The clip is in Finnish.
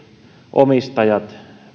omistajat